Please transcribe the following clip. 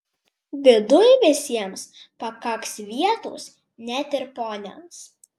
viduj visiems pakaks vietos net ir poniams